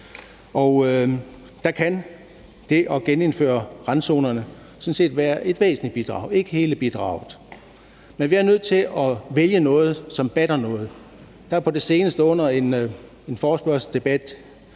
og der kan det at genindføre randzonerne sådan set være et væsentligt bidrag, ikke hele bidraget, men vi er nødt til at vælge noget, som batter noget. Der har på det seneste og under et samråd